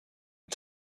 and